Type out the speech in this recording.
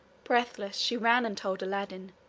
breathless, she ran and told aladdin,